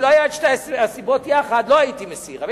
אם לא היו שתי הסיבות יחד לא הייתי מסיר,